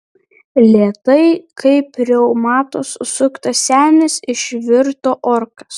lėtai kaip reumato susuktas senis išvirto orkas